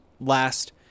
last